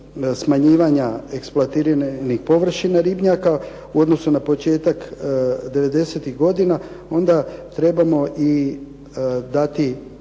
smanjivanja eksploatiranih površina ribnjaka u odnosu na početak devedesetih godina onda trebamo i dati